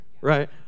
right